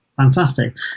Fantastic